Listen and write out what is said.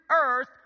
earth